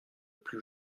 plus